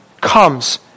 comes